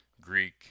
Greek